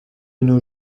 nos